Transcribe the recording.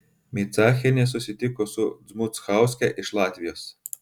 micachienė susitiko su dmuchauske iš latvijos